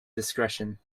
discretion